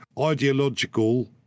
ideological